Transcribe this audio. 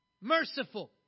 Merciful